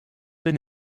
bin